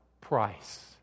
price